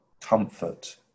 comfort